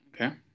Okay